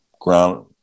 ground